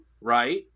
right –